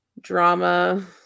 drama